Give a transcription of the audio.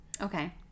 Okay